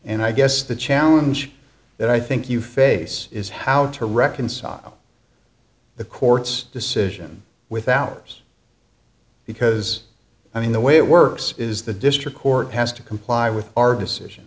and i guess the challenge that i think you face is how to reconcile the court's decision without us because i mean the way it works is the district court has to comply with our decision